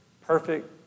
perfect